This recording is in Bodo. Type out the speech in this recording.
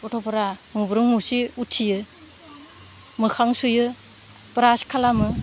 गथ'फोरा मुब्रुम मुसि उथियो मोखां सुयो ब्रास खालामो